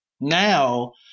now